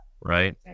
Right